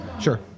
Sure